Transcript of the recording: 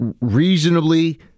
reasonably